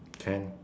can